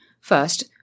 First